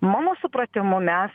mano supratimu mes